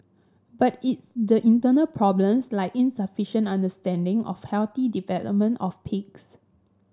but it's the internal problems like insufficient understanding of healthy development of pigs